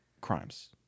crimes